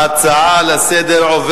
ההצעה לסדר-היום,